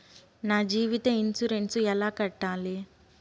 నా జీవిత ఇన్సూరెన్సు ఎలా కట్టాలి?